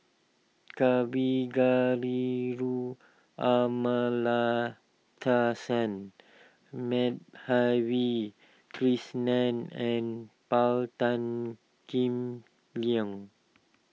Kavignareru Amallathasan Madhavi Krishnan and Paul Tan Kim Liang